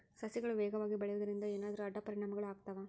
ಸಸಿಗಳು ವೇಗವಾಗಿ ಬೆಳೆಯುವದರಿಂದ ಏನಾದರೂ ಅಡ್ಡ ಪರಿಣಾಮಗಳು ಆಗ್ತವಾ?